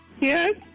Yes